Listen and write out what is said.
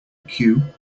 queue